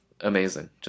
Amazing